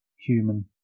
human